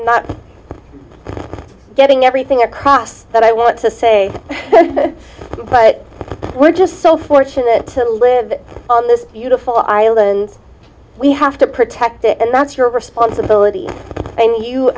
not getting everything across that i want to say but we're just so fortunate to live on this beautiful island we have to protect it and that's your responsibilit